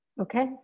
Okay